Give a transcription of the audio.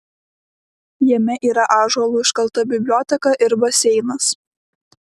jame yra ąžuolu iškalta biblioteka ir baseinas